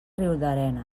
riudarenes